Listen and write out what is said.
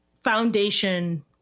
foundation